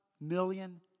million